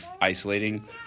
isolating